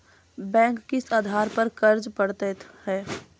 Bank किस आधार पर कर्ज पड़तैत हैं?